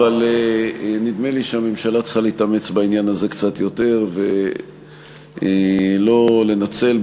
אבל נדמה לי שהממשלה צריכה להתאמץ בעניין הזה קצת יותר ולא לנצל,